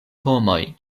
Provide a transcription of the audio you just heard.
homoj